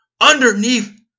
Underneath